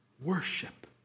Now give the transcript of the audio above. Worship